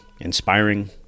inspiring